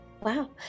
Wow